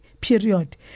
period